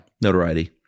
Notoriety